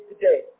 today